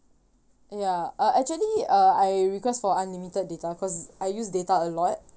ya uh actually uh I request for unlimited data cause I use data a lot